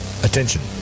Attention